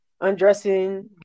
undressing